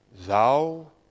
Thou